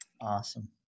Awesome